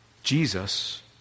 Jesus